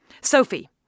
Sophie